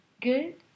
Good